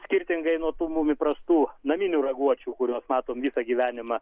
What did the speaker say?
skirtingai nuo tų mum įprastų naminių raguočių kuriuos matom visą gyvenimą